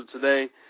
today